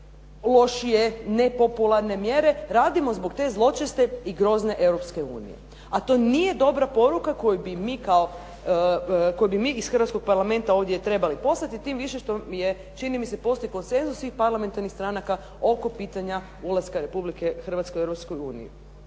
lošije, nepopularne mjere radimo zbog te zločeste i grozne Europske unije, a to nije dobra poruka koju bi mi iz hrvatskog Parlamenta ovdje trebali poslati. Tim više što je čini mi se postoje koncenzusi parlamentarnih stranaka oko pitanja ulaska Republike Hrvatske u